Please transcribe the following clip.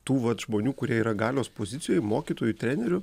tų vat žmonių kurie yra galios pozicijoj mokytojų trenerių